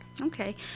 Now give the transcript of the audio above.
Okay